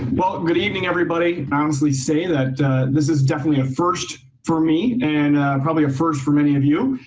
well, good evening everybody, honestly say that this is definitely a first for me and probably a first for many of you,